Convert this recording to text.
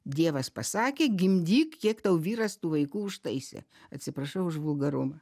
dievas pasakė gimdyk kiek tau vyras tų vaikų užtaisė atsiprašau už vulgarumą